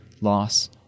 loss